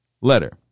letter